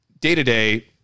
day-to-day